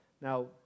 Now